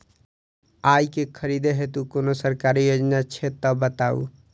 आइ केँ खरीदै हेतु कोनो सरकारी योजना छै तऽ बताउ?